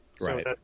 Right